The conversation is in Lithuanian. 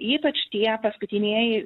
ypač tie paskutinieji